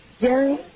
Jerry